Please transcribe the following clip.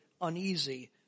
Uneasy